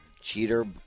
Cheater